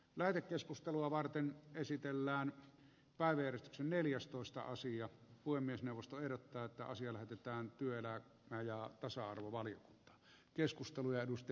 lähetekeskustelua varten esitellään kaverit neljästoista osia kuin myös neuvosto ehdottaa että asia lähetetään työelämä ja tasa arvovaliokuntaan